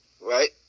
right